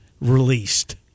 released